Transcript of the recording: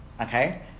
okay